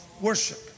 worship